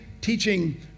teaching